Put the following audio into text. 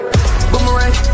Boomerang